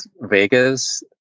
Vegas